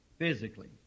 Physically